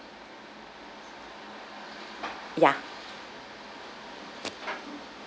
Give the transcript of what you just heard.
ya